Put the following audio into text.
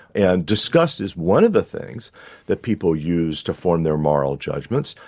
and disgust is one of the things that people use to form their moral judgments,